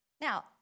Now